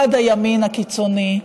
עד הימין הקיצוני.